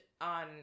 on